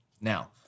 Now